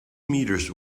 meters